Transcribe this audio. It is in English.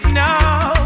now